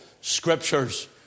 scriptures